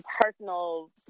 personal